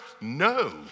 No